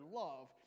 love